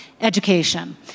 education